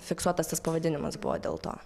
fiksuotas tas pavadinimas buvo dėl to